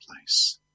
place